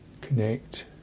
connect